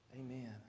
Amen